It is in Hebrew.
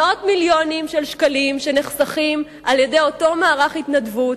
מאות מיליונים של שקלים שנחסכים על-ידי אותו מערך התנדבות,